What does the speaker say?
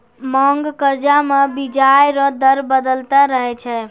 मांग कर्जा मे बियाज रो दर बदलते रहै छै